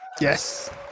Yes